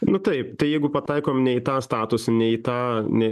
nu taip tai jeigu pataikom ne į tą statusą ne į tą ne